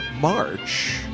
March